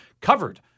covered